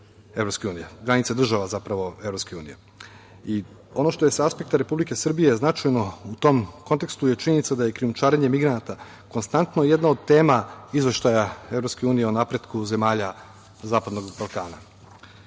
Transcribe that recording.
ilegalnih prelazaka granica država Evropske unije. Ono što je sa aspekta Republike Srbije značajno u tom kontekstu je činjenica da je krijumčarenje migranata konstantno jedna od tema izveštaja Evropske unije o napretku zemalja Zapadnog